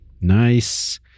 Nice